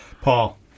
Paul